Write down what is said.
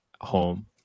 home